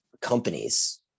companies